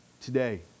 Today